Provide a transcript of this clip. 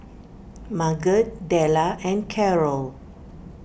Marget Della and Karol